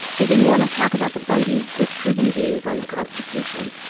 they didn't want to talk about the bundys' disproven views on the constitution,